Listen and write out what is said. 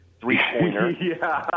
three-pointer